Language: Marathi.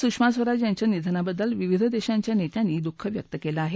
सुषमा स्वराज यांच्या निधनाबद्दल विविध देशांच्या नेत्यांनी दुःख व्यक्त केलं आहे